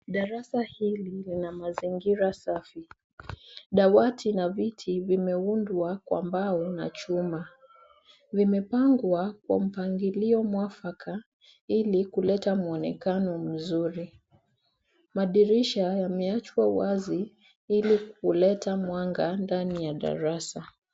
Darasa hili lina mazingira safi. Dawati na viti vimeundwa kwa mbao na chuma. Vimepangwa kwa mpangilio mwafaka ili kuleta muonekano mzuri. Madirisha yameachwa wazi ili kuleta mwanga ndani ya darasa.